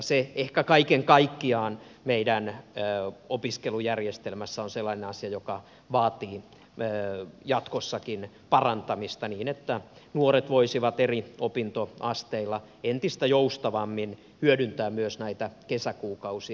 se ehkä kaiken kaikkiaan meidän opiskelujärjestelmässämme on sellainen asia joka vaatii jatkossakin parantamista niin että nuoret voisivat eri opintoasteilla entistä joustavammin hyödyntää myös näitä kesäkuukausia